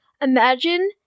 Imagine